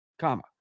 comma